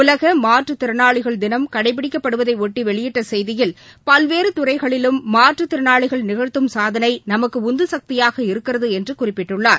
உலகமாற்றுத்திறனாளிகள் தினம் கடைபிடிக்கப்படுவதையொட்டிவெளியிட்டசெய்தியில் பல்வேறுதுறைகளிலும் மாற்றுத்திறனாளிகள் நிகழ்த்தம் சாதனைநமக்குஉந்துசக்தியாக இருக்கிறதுஎன்றுகுறிப்பிட்டுள்ளார்